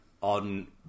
On